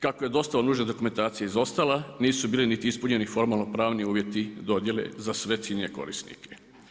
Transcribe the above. Kako je dosta nužna dokumentacija izostala, nisu bili niti ispunjeni formalno pravni uvjeti dodjele za sve ciljane korisnike.